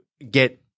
get